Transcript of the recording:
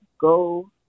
go